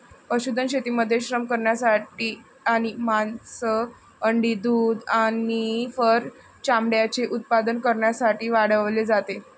पशुधन शेतीमध्ये श्रम करण्यासाठी आणि मांस, अंडी, दूध आणि फर चामड्याचे उत्पादन करण्यासाठी वाढवले जाते